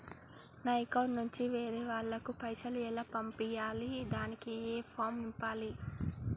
నా అకౌంట్ నుంచి వేరే వాళ్ళకు పైసలు ఎలా పంపియ్యాలి దానికి ఏ ఫామ్ నింపాలి?